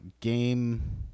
Game